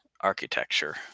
architecture